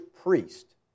priest